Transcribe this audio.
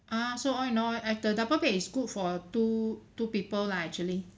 ah so all in all eh the double bed is good for two two people lah actually